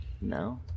No